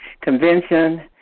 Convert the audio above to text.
convention